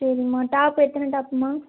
சரிம்மா டாப் எத்தனை டாப்ம்மா